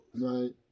right